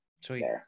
Sweet